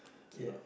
ya